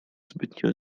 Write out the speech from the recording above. zbytnio